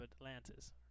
Atlantis